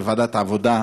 בוועדת העבודה,